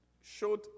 showed